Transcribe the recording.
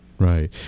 Right